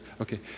Okay